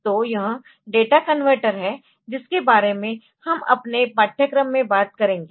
तो यह data converter है जिसके बारे में हम अपने पाठ्यक्रम में बात करेंगे